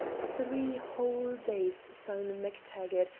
three whole days, simon mactaggart,